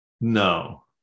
No